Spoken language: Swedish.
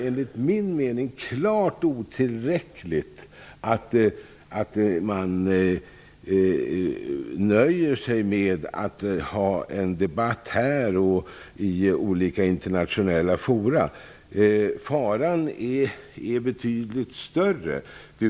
Enligt min mening är det klart otillräckligt att man nöjer sig med att ha en debatt här och i olika internationella forum. Faran är betydligt större.